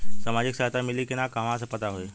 सामाजिक सहायता मिली कि ना कहवा से पता होयी?